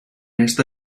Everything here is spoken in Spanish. esta